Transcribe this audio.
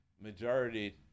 majority